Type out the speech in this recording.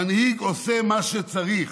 מנהיג עושה מה שצריך,